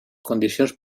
condicions